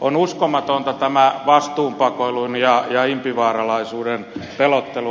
on uskomatonta tämä vastuunpakoilun ja impivaaralaisuuden pelottelu